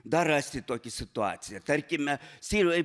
dar rasti tokią situaciją tarkime sirijoje